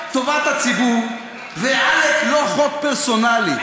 עלק טובת הציבור ועלק לא חוק פרסונלי.